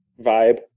vibe